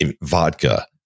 vodka